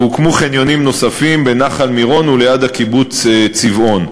והוקמו חניונים נוספים בנחל מירון וליד הקיבוץ צבעון.